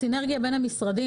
הסינרגיה בין המשרדים,